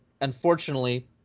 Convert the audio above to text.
unfortunately